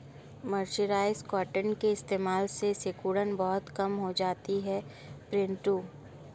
mercerised cotton के इस्तेमाल से सिकुड़न बहुत कम हो जाती है पिंटू